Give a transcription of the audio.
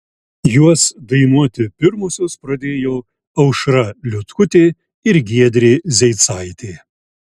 juos dainuoti pirmosios pradėjo aušra liutkutė ir giedrė zeicaitė